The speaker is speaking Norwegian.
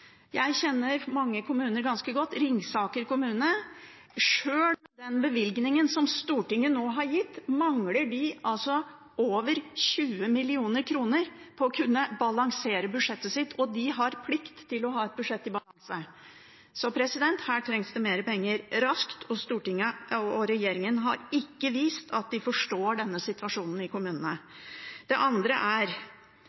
Jeg kjenner mange kommuner ganske godt, f.eks. Ringsaker kommune. Sjøl med den bevilgningen som Stortinget nå har gitt, mangler de over 20 mill. kr for å kunne balansere budsjettet sitt, og de har plikt til å ha et budsjett i balanse. Så her trengs det mer penger raskt. Stortinget og regjeringen har ikke vist at de forstår denne situasjonen i kommunene.